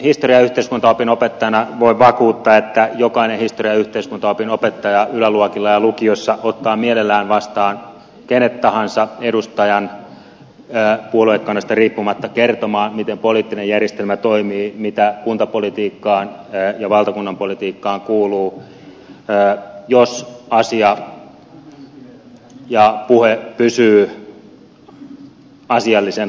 historian ja yhteiskuntaopin opettajana voin vakuuttaa että jokainen historian ja yhteiskuntaopin opettaja yläluokilla ja lukiossa ottaa mielellään vastaan kenet tahansa edustajan puoluekannasta riippumatta kertomaan miten poliittinen järjestelmä toimii mitä kuntapolitiikkaan ja valtakunnanpolitiikkaan kuuluu jos asia ja puhe pysyvät asiallisena